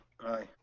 Aye